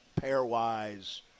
pairwise